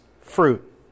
fruit